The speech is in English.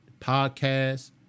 podcast